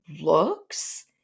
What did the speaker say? looks